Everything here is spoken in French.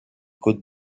côtes